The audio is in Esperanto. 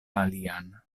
alian